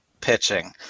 pitching